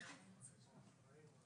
הצבעה בעד, 1 נגד,